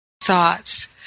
thoughts